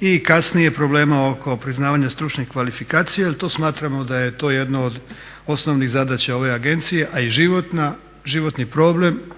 i kasnije problema oko priznavanja stručnih kvalifikacija jer to smatramo da je to jedno od osnovnih zadaća ove agencije a i životni problem